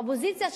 האופוזיציה,